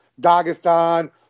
Dagestan